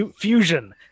fusion